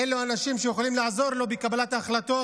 אין לו אנשים שיכולים לעזור לו בקבלת ההחלטות?